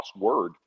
crossword